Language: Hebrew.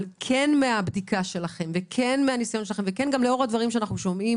אבל מהבדיקה שלכם ומהניסיון שלכם ולאור הדברים שאנחנו שומעים,